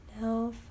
Now